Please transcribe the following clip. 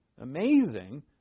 Amazing